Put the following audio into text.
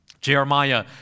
Jeremiah